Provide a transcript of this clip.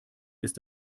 ist